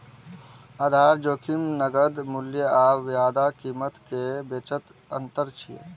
आधार जोखिम नकद मूल्य आ वायदा कीमत केर बीचक अंतर छियै